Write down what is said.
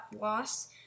loss